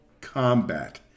combat